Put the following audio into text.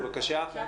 אכן,